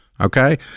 Okay